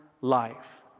life